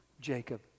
Jacob